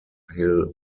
hill